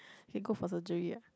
you can go for surgery ah